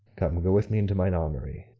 come, go with me into mine armoury.